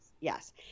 Yes